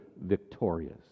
victorious